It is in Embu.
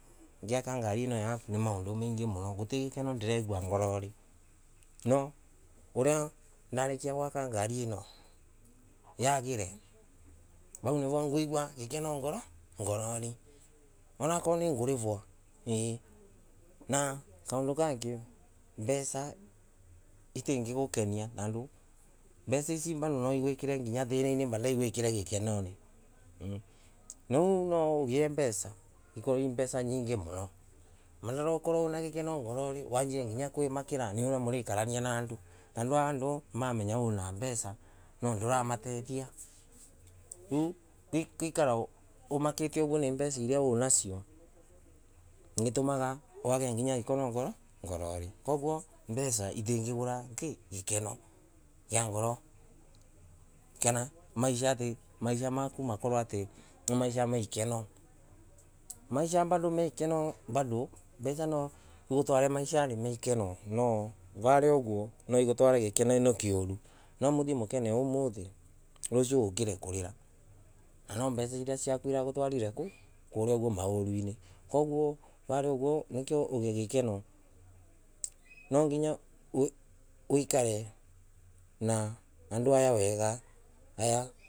Ngiaka ngari ino yaku kwi maundu mengi muno ngorori gutiri na gikeno niregua ngorori gutiri na gikeno niregua ngorori nginya narikia kuthondeka ngari io ikanagira vau vino ngaligua gikeno ngorori ana wakorwa ningulivwa na kaundu kangi mbesa itingikunia mavinda monthe mbesa ino ringi nwa igwikire thinari na bado gikenero no ugie mbesa ikorwe i mbesa nyingi muno na ukorwe wina gikeno ngorori nginya ukaimakira uria urakara na andu tondu mamenya wina mbesa na ndura matethia riu gwkana amakitue uguo ni mbesa winasio niatumaga wage gikeno mbesa nwaikuve gikeno varia uguo nwa igutware gikeno kiuru varia nwa uthie gikeno na ruciu ukorwe kwa urarira tondu mbesa iria ciaku irakutwarire kuria kurai na mauru kuguo nigetha ugie gikeno nwa nginya wikare na andu aya wega.